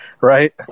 Right